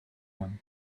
one